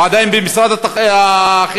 הוא עדיין במשרד החינוך,